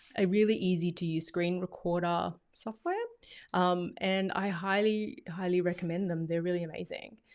a really easy to use screen recorder software and i highly, highly recommend them. they're really amazing.